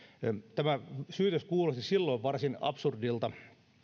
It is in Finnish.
tämä syytös kuulosti silloin varsin absurdilta